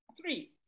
Three